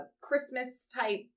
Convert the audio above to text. Christmas-type